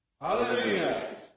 Hallelujah